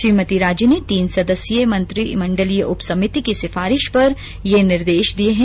श्रीमती राजे ने तीन सदस्यीय मंत्रीमण्डलीय उप समिति की सिफारिश पर ये निर्देश दिये हैं